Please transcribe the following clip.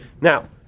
Now